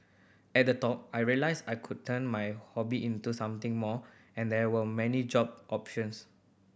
at the talk I realised I could turn my hobby into something more and there were many job options